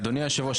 אדוני היושב ראש,